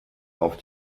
auf